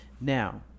Now